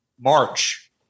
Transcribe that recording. March